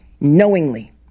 knowingly